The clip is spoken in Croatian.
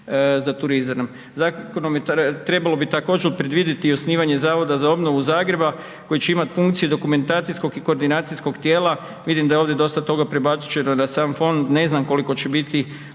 za turizam.“ Zakonom bi trebalo također predvidjeti osnivanje zavoda za obnovu Zagreba koji će imati funkciju dokumentacijsko i koordinacijskog tijela. Vidim da je to ovdje dosta toga prebačeno na sam fond, ne znam koliko će biti